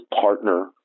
partner